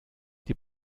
die